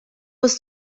was